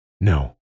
No